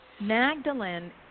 Magdalene